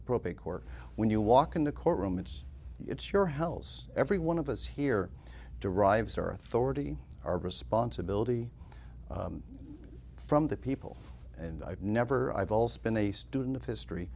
probate court when you walk in the courtroom it's it's your health every one of us here derives or authority or responsibility from the people and i've never i've also been a student of history